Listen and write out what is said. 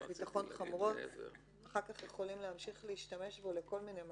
ביטחון חמורות אחר כך יכולים להמשיך להשתמש בו לכל מיני מטרות.